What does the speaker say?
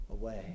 Away